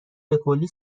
بکلی